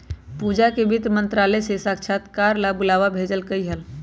पूजा के वित्त मंत्रालय से साक्षात्कार ला बुलावा भेजल कई हल